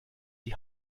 die